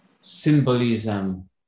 symbolism